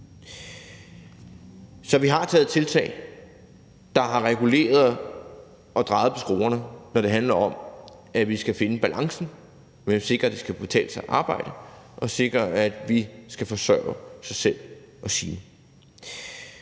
Så vi har lavet tiltag, der har reguleret og drejet på skruerne, når det handler om, at vi skal finde balancen, med at sikre, at det skal kunne betale sig at arbejde, og sikre, at man skal forsørge sig selv og sine.